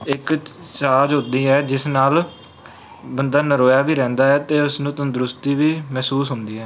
ਇੱਕ ਸਾਝ ਹੁੰਦੀ ਹੈ ਜਿਸ ਨਾਲ ਬੰਦਾ ਨਰੋਇਆ ਵੀ ਰਹਿੰਦਾ ਹੈ ਅਤੇ ਉਸ ਨੂੰ ਤੰਦਰੁਸਤੀ ਵੀ ਮਹਿਸੂਸ ਹੁੰਦੀ ਹੈ